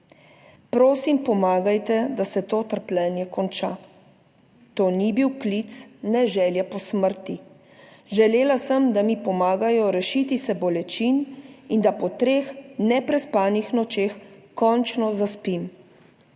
Prosim, pomagajte, da se to trpljenje konča. To ni bil klic ne želje po smrti; želela sem, da mi pomagajo rešiti se bolečin in da po treh neprespanih nočeh končno zaspim.